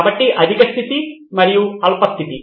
కాబట్టి అధిక స్థితి మరియు అల్ప స్థితి